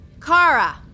Kara